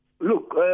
Look